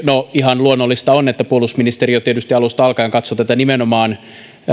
no ihan luonnollista on että puolustusministeriö tietysti alusta alkaen katsoo tätä nimenomaan